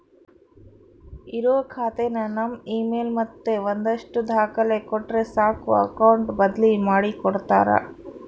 ಇರೋ ಖಾತೆನ ನಮ್ ಇಮೇಲ್ ಮತ್ತೆ ಒಂದಷ್ಟು ದಾಖಲೆ ಕೊಟ್ರೆ ಸಾಕು ಅಕೌಟ್ ಬದ್ಲಿ ಮಾಡಿ ಕೊಡ್ತಾರ